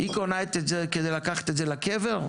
היא קונה את זה כדי לקחת את זה לקבר?